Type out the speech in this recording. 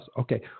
okay